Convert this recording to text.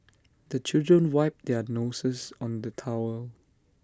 the children wipe their noses on the towel